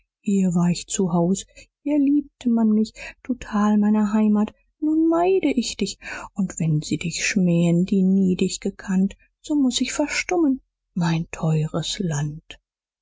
hier war ich zu hause hier liebte man mich du tal meiner heimat nun meide ich dich und wenn sie dich schmähen die nie dich gekannt so muß ich verstummen mein teures land